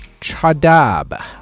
Chadab